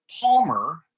Palmer